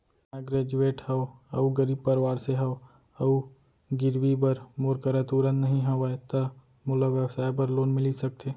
मैं ग्रेजुएट हव अऊ गरीब परवार से हव अऊ गिरवी बर मोर करा तुरंत नहीं हवय त मोला व्यवसाय बर लोन मिलिस सकथे?